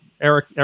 Eric